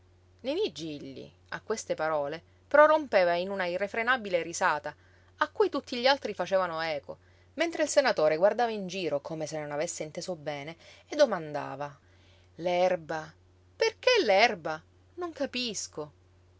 pecorelle niní gilli a queste parole prorompeva in una irrefrenabile risata a cui tutti gli altri facevano eco mentre il senatore guardava in giro come se non avesse inteso bene e domandava l'erba perché l'erba non capisco